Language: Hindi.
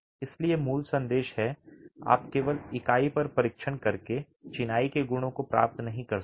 इसलिए मूल संदेश है आप केवल इकाई पर परीक्षण करके चिनाई के गुणों को प्राप्त नहीं कर सकते